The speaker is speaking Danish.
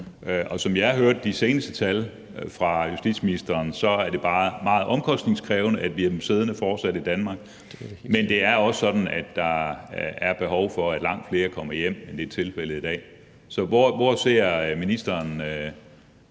Og som jeg hørte de seneste tal fra justitsministeren, er det bare meget omkostningskrævende fortsat at have dem siddende i Danmark. Men det er også sådan, at der er behov for, at langt flere kommer hjem, end det er tilfældet i dag. Så hvorhenne ser ministeren